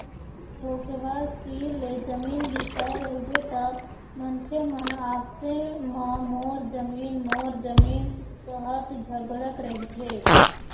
धोखेबाज तीर ले जमीन बिसाए रहिबे त मनखे मन आपसे म मोर जमीन मोर जमीन काहत झगड़त रहिथे